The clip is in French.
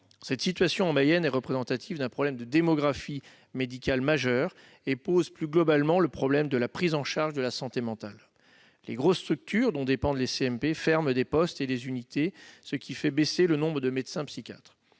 Cette situation en Mayenne est représentative d'un problème de démographie médicale majeur et pose, plus globalement, celui de la prise en charge de la santé mentale. Les grosses structures dont dépendent les CMP ferment des postes et des unités, ce qui fait baisser le nombre de médecins psychiatres.